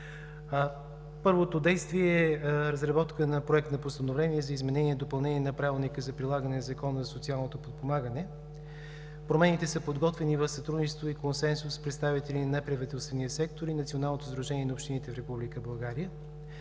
Първото действие е разработка на Проект на постановление за изменение и допълнение на Правилника за прилагане на Закона за социалното подпомагане. Промените са подготвени в сътрудничество и консенсус с представители на правителствения сектор и Националното сдружение на общините в